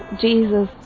Jesus